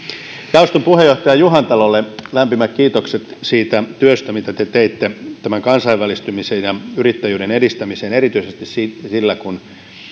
jaoston puheenjohtaja juhantalolle lämpimät kiitokset siitä työstä mitä te teitte kansainvälistymisen ja yrittäjyyden edistämiseen erityisesti sen osalta kun pohjanmaalla